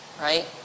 Right